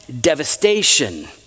devastation